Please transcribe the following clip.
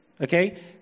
Okay